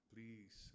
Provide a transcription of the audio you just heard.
Please